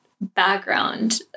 background